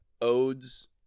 odes